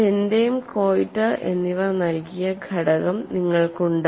Bentham കൊയ്റ്റർ എന്നിവർ നൽകിയ ഘടകം നിങ്ങൾക്കുണ്ട്